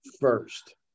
first